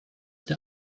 der